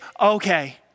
okay